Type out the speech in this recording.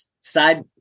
side